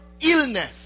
illness